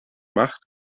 macht